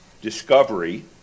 discovery